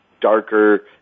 darker